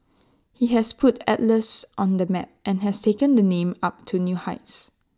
he has put Atlas on the map and has taken the name up to new heights